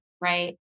right